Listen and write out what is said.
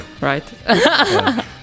right